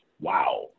Wow